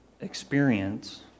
experience